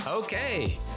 Okay